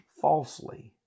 falsely